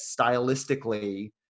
stylistically